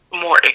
more